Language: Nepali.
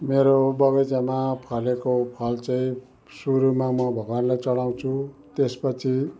मेरो बगैँचामा फलेको फल चाहिँ सुरुमा म भगवानलाई चडाउँछु त्यसपछि